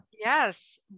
Yes